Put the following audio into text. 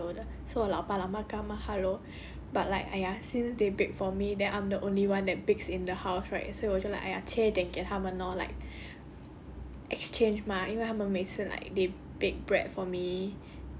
for me also actually 我也看到他们我也没有跟他 hello 的是我老爸老妈跟他 hello but like !aiya! since they bake for me then I'm the only one that bakes in the house right 所以我 like !aiya! 切一点给他们 lor like exchange mah 因为他们每次 like they bake bread for me